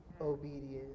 obedience